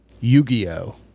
Yu-Gi-Oh